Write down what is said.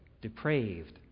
depraved